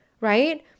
right